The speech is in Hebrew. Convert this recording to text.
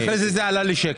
אחרי זה זה עלה לשקל.